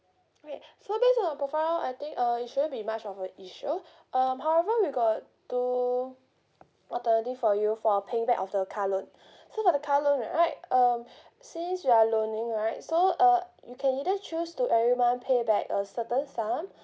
great so based on your profile I think uh it shouldn't be much of a issue um however we got two alternative for you for paying back of your car loan so for the car loan right um since you are loaning right so uh you can either choose to every month pay back a certain sum